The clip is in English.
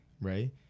right